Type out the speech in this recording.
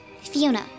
Fiona